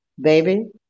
baby